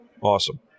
Awesome